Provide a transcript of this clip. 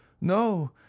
no